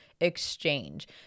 exchange